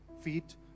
feet